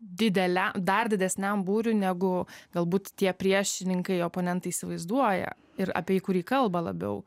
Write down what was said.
dideliam dar didesniam būriui negu galbūt tie priešininkai oponentai įsivaizduoja ir apie jį kurį kalba labiau